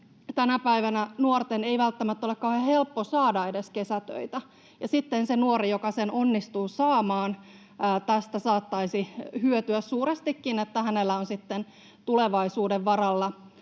tänä päivänä nuorten ei välttämättä ole kauhean helppo saada edes kesätöitä, ja sitten se nuori, joka sen onnistuu saamaan, saattaisi hyötyä suurestikin tästä, että hänellä on sitten tulevaisuuden varalle